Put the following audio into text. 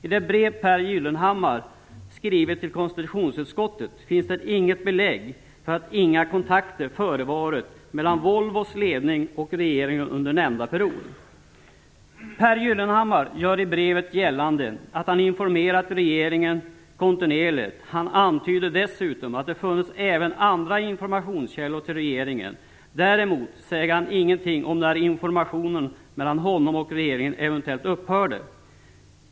I det brev Pehr Gyllenhammar skrivit till konstitutionsutskottet finns det inget belägg för att inga kontakter förevarit mellan Volvos ledning och regeringen under nämnda period. Pehr Gyllenhammar gör i brevet gällande att han informerat regeringen kontinuerligt. Han antyder dessutom att det funnits även andra informationskällor till regeringen. Däremot säger han ingenting om när informationerna mellan honom och regeringen eventuellt upphörde.